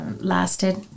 lasted